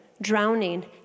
drowning